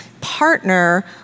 partner